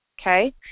okay